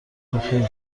بخیر